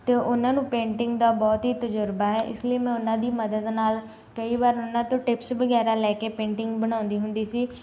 ਅਤੇ ਉਹਨਾਂ ਨੂੰ ਪੇਂਟਿੰਗ ਦਾ ਬਹੁਤ ਹੀ ਤਜਰਬਾ ਹੈ ਇਸ ਲਈ ਮੈਂ ਉਹਨਾਂ ਦੀ ਮਦਦ ਨਾਲ ਕਈ ਵਾਰ ਉਹਨਾਂ ਤੋਂ ਟਿਪਸ ਵਗੈਰਾ ਲੈ ਕੇ ਪੇਂਟਿੰਗ ਬਣਾਉਂਦੀ ਹੁੰਦੀ ਸੀ